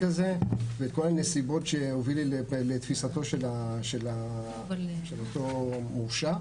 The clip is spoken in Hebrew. הזה ואת כל הנסיבות שהובילו לתפיסתו של אותו מורשע.